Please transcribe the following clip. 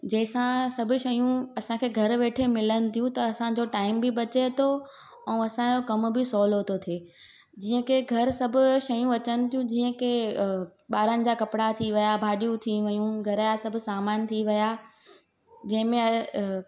जंहिंसां सभु शयूं असांखे घरु वेठे मिलनि थियूं त असांजो टाइम बि बचे थो ऐं असांजो कम बि सहुलो थो थिए जीअं की घरु सभु शयूं अचनि थियूं जीअं की ॿारनि जा कपिड़ा थी विया भाॼियूं थी वियूं घर जा सभु सामान थी विया जंहिंमें